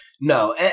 No